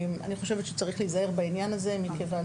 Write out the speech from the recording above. אני חושבת שצריך להיזהר בעניין הזה מכיוון